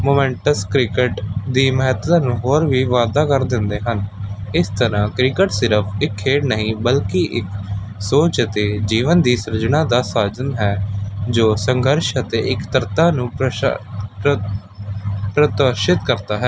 moments cricket ਦੀ ਮਹੱਤਤਾ ਨੂੰ ਹੋਰ ਵੀ ਵਾਧਾ ਕਰ ਦਿੰਦੇ ਹਨ ਇਸ ਤਰ੍ਹਾਂ ਕ੍ਰਿਕਟ ਸਿਰਫ ਇੱਕ ਖੇਡ ਨਹੀਂ ਬਲਕਿ ਇੱਕ ਸੋਚ ਅਤੇ ਜੀਵਨ ਦੀ ਸਿਰਜਣਾ ਦਾ ਸਾਜਨ ਹੈ ਜੋ ਸੰਘਰਸ਼ ਅਤੇ ਇੱਕਤਰਤਾ ਨੂੰ ਪ੍ਰੋਸ਼ ਪ੍ਰ ਪ੍ਰਤੋਸ਼ਿਤ ਕਰਤਾ ਹੈ